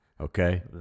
Okay